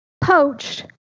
Poached